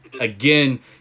again